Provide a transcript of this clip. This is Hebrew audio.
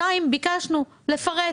שנית, ביקשנו לפרט.